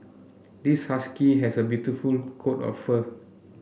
this husky has a beautiful coat of fur